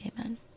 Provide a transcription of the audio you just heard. Amen